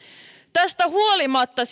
tästä huolimatta